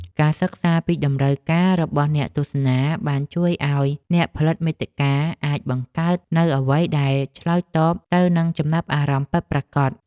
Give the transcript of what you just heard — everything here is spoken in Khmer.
ការសិក្សាពីតម្រូវការរបស់អ្នកទស្សនាបានជួយឱ្យអ្នកផលិតមាតិកាអាចបង្កើតនូវអ្វីដែលឆ្លើយតបទៅនឹងចំណាប់អារម្មណ៍ពិតប្រាកដ។